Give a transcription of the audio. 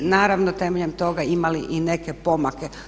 I naravno temeljem toga imali i neke pomake.